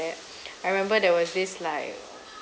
I remember there was this like